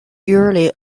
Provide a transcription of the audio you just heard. usually